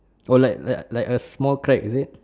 oh like like like a small crack is it